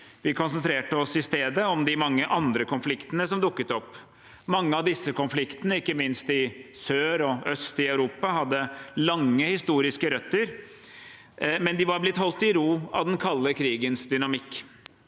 Vi konsentrerte oss i stedet om de mange andre konfliktene som dukket opp. Mange av disse konfliktene, ikke minst i sør og øst i Europa, hadde lange historiske røtter, men de var blitt holdt i ro av den kalde krigens dynamikk.